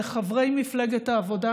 לחברי מפלגת העבודה,